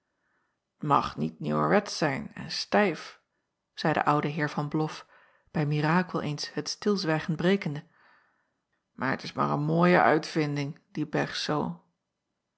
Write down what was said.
ag niet nieuwerwetsch zijn en stijf zeî de oude eer an loff bij mirakel eens het stilzwijgen brekende maar t is maar een mooie uitvinding die